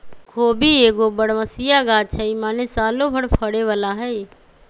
खोबि एगो बरमसिया ग़ाछ हइ माने सालो भर फरे बला हइ